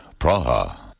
Praha